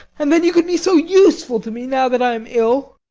and then you can be so useful to me, now that i am ill.